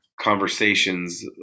conversations